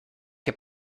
que